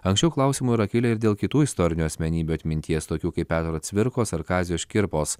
anksčiau klausimų yra kilę ir dėl kitų istorinių asmenybių atminties tokių kaip petro cvirkos ar kazio škirpos